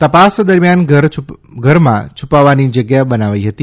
તપાસ દરમિથાન ઘરમાં છુપાવવાની જગ્યા બનાવી હતી